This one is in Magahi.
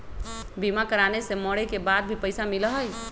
बीमा कराने से मरे के बाद भी पईसा मिलहई?